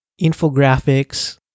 infographics